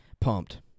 Pumped